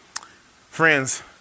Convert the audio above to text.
Friends